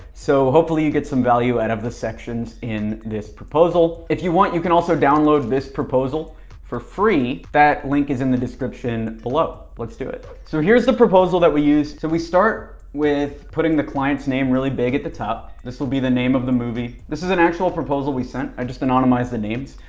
so hopefully you get some value out of the sections in this proposal. if you want, you can also download this proposal for free. that link is in the description below. let's do it. so here's the proposal that we use. we start with putting the clients name really big at the top, this will be the name of the movie. this is an actual proposal we sent. i just anonymized the names.